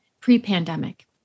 pre-pandemic